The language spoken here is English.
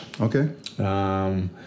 Okay